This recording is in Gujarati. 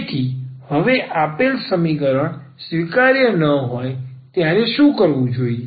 તેથી હવે આપેલ સમીકરણ સ્વીકાર્ય ન હોય ત્યારે શું કરવું જોઈએ